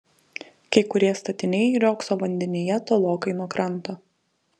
kai kurie statiniai riogso vandenyje tolokai nuo kranto